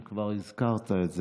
אם כבר הזכרת את זה,